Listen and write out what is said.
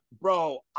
Bro